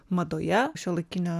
madoje šiuolaikinio